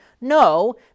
no